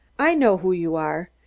i know who you are.